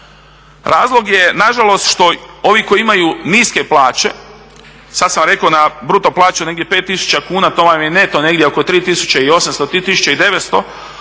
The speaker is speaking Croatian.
Razlog je nažalost što ovi koji imaju niske plaće sada sam rekao na bruto plaću negdje 5 tisuća kuna to vam je neto negdje 3 tisuće i 800,